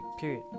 period